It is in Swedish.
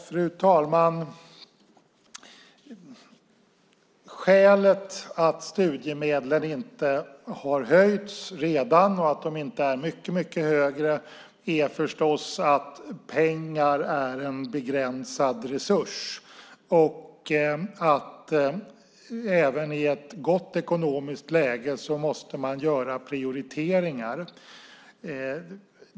Fru talman! Skälet till att studiemedlen inte har höjts redan och att de inte är mycket högre är förstås att pengaresurserna är begränsade. Även i ett gott ekonomiskt läge måste man göra prioriteringar.